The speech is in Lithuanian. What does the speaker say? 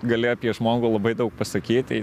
gali apie žmogų labai daug pasakyti